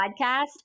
podcast